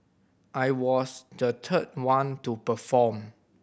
I was the third one to perform